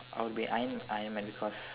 I would be Iron Iron Man because